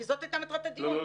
כי זו היתה מטרת הדיון.